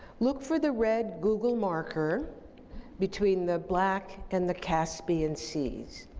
look for the red google marker between the black and the caspian seas,